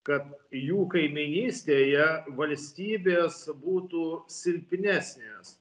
kad jų kaimynystėje valstybės būtų silpnesnės